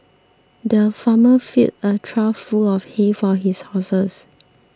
the farmer filled a trough full of hay for his horses